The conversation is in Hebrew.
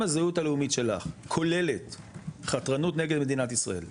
אם הזהות הלאומית שלך כוללת חתרנות נגד מדינת ישראל,